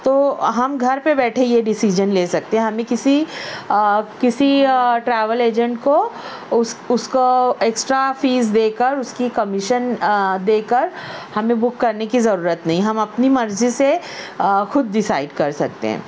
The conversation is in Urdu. تو ہم گھر پہ بیٹھے یہ ڈیسیزن لے سکتے ہیں ہمیں کسی کسی ٹریول ایجنٹ کو اس اس کو ایکسٹرا فیس دے کر اس کی کمیشن دے کر ہمیں بک کرنے کی ضرورت نہیں ہم اپنی مرضی سے خود ڈیسائڈ کر سکتے ہیں